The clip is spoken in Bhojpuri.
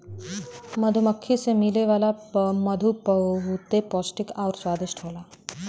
मधुमक्खी से मिले वाला मधु बहुते पौष्टिक आउर स्वादिष्ट होला